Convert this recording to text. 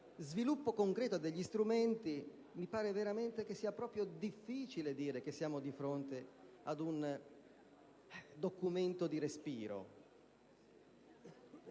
sviluppo concreto a degli strumenti, mi pare proprio difficile dire che siamo di fronte a un documento di respiro.